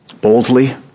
boldly